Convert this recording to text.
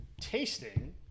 tasting